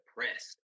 depressed